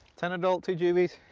ten adults, two juvees.